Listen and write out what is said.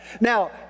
Now